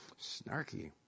Snarky